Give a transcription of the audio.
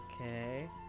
Okay